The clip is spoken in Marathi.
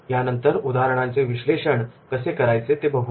त्यानंतर उदाहरणांचे विश्लेषण कसे करायचे हे बघू